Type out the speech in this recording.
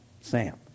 Sam